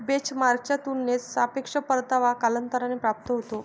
बेंचमार्कच्या तुलनेत सापेक्ष परतावा कालांतराने प्राप्त होतो